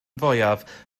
fwyaf